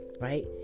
right